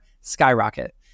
skyrocket